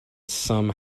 some